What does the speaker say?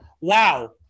Wow